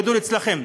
הכדור אצלכם.